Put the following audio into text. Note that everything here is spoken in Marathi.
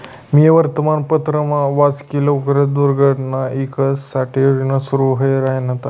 मी वर्तमानपत्रमा वाच की लवकरच दुग्धना ईकास साठे योजना सुरू व्हाई राहिन्यात